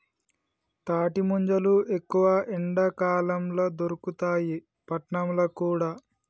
తాటి ముంజలు ఎక్కువ ఎండాకాలం ల దొరుకుతాయి పట్నంల కూడా